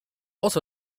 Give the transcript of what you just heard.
also